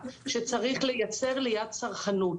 שצריך לייצר ליד צרכנות,